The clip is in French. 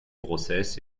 grossesses